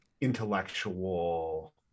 intellectual